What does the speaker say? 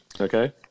Okay